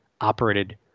operated